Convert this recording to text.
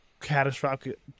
catastrophic